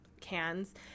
cans